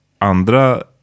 Andra